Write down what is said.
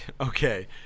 Okay